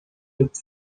looked